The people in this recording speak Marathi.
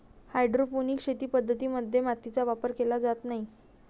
हायड्रोपोनिक शेती पद्धतीं मध्ये मातीचा वापर केला जात नाही